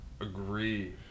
agree